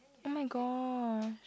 oh my gosh